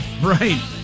Right